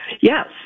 Yes